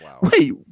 wait